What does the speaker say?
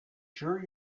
sure